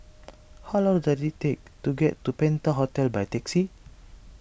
how long does it take to get to Penta Hotel by taxi